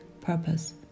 purpose